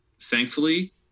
thankfully